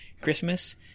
Christmas